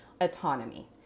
autonomy